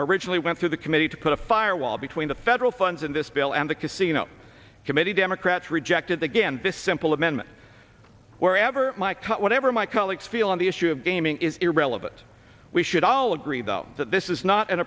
originally went to the committee to put a firewall between the federal funds in this bill and the casino committee democrats rejected again this simple amendment wherever mike whatever my colleagues feel on the issue of gaming is irrelevant we should all agree though that this is not an